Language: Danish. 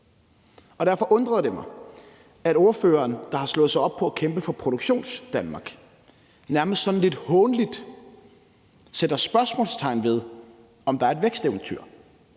Derfor undrede det mig, at ordføreren, der har slået sig op på at kæmpe for Produktionsdanmark, nærmest sådan lidt hånligt sætter spørgsmålstegn ved, om der er tale om et væksteventyr.